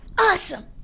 Awesome